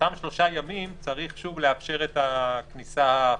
באותם שלושה ימים צריך שוב לאפשר את הכניסה החופשית.